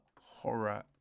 horror